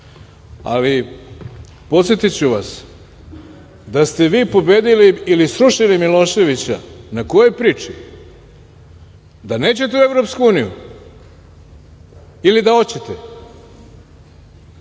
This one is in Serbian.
Podsetiću vas, da ste vi pobedili ili srušili Miloševića na kojoj priči? Da nećete u EU ili da hoćete?